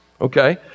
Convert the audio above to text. okay